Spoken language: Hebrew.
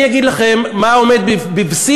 אני אגיד לכם מה עומד בבסיס,